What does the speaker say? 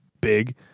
big